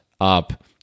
up